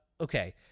Okay